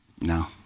no